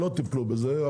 לא טיפלנו בזה.